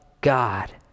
God